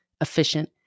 efficient